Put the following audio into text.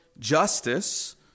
Justice